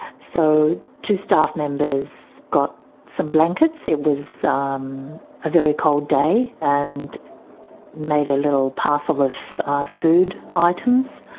so two staff members got some blankets, it was um a very cold day, and made a little parcel of food items,